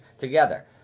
together